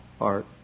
art